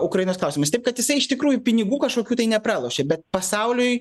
ukrainos klausimais taip kad jisai iš tikrųjų pinigų kažkokių tai nepralošė bet pasauliui